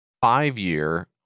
five-year